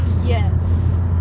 Yes